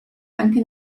anche